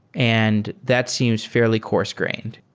and that seems fairly coarse-grained.